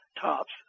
tops